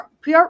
PR